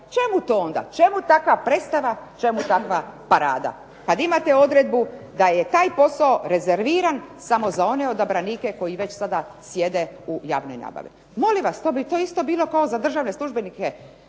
čemu to onda, čemu takva predstava, čemu takva parada kada imate odredbu da je taj posao rezerviran samo za one odabranike koji već sada sjede u javnoj nabavi. Molim vas, to je isto bilo kao za državne službenike